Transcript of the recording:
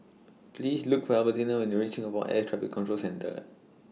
Please Look For Albertina when YOU REACH Singapore Air Traffic Control Centre